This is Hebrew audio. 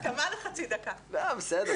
אינה,